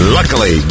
Luckily